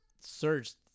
Searched